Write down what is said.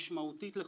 הפריע